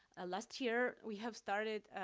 ah last year, we have started,